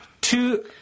two